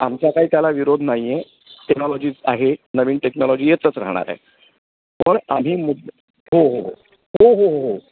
आमचा काही त्याला विरोध नाही आहे टेक्नॉलॉजीच आहे नवीन टेक्नॉलॉजी येतच राहणार आहे पण आम्ही मु हो हो हो हो हो हो